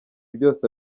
byose